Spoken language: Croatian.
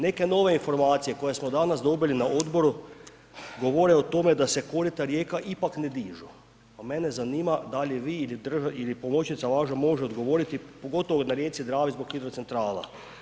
Neke nove informacije koje smo danas dobili na odboru govore o tome da se korita rijeka ipak ne dižu, pa mene zanima da li vi ili pomoćnica vaša može odgovoriti, pogotovo na rijeci Dravi zbog hidrocentrala.